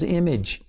image